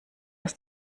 aus